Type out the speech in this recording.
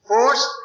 Force